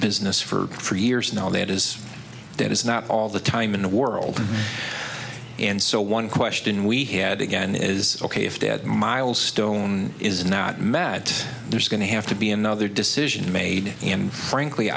business for years now that is that is not all the time in the world and so one question we had again is ok if that milestone is not met there's going to have to be another decision made and frankly